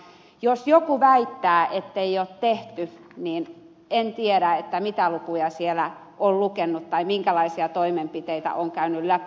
jos joku väittää ettei ole tehty niin en tiedä mitä lukuja hän on lukenut tai minkälaisia toimenpiteitä käynyt läpi